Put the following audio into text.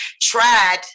tried